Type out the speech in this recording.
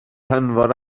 hanfon